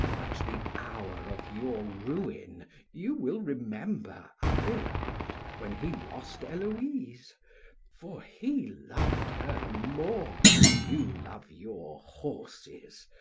at the hour of your ruin you will remember abelard when he lost heloise. for he loved her more than you love your horses,